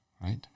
right